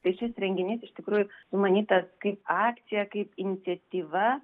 tai šis renginys iš tikrųjų sumanytas kaip akcija kaip iniciatyva